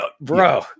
bro